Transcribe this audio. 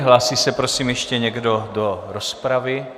Hlásí se prosím ještě někdo do rozpravy?